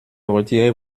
retirer